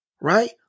Right